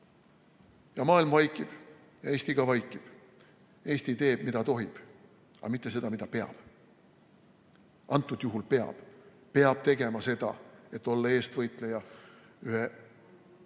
Ja maailm vaikib. Ka Eesti vaikib. Eesti teeb, mida tohib, aga mitte seda, mida peab. Antud juhul peab – peab tegema seda, et olla eestvõitleja ühe